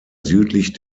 südlich